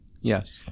yes